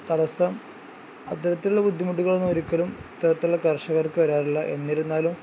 തടസ്സം അത്തരത്തിലുള്ള ബുദ്ധിമുട്ടുകളൊന്നും ഒരിക്കലും ഇത്തരത്തിലുള്ള കർഷകർക്ക് വരാറില്ല എന്നിരുന്നാലും